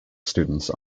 students